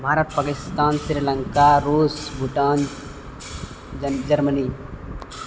भारत पाकिस्तान श्रीलङ्का रूस भुटान जर्मनी